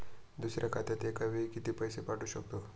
दुसऱ्या खात्यात एका वेळी किती पैसे पाठवू शकतो?